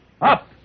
Up